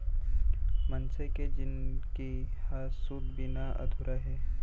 मनसे के जिनगी ह सूत बिना अधूरा हे